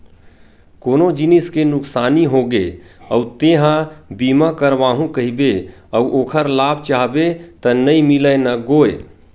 कोनो जिनिस के नुकसानी होगे अउ तेंहा बीमा करवाहूँ कहिबे अउ ओखर लाभ चाहबे त नइ मिलय न गोये